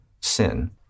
sin